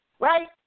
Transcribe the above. right